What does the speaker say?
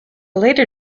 later